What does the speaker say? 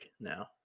now